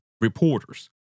reporters